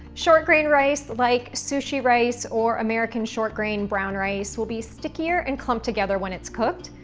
short-grain rice, like sushi rice or american short-grain brown rice, will be sticker and clumped together when it's cooked,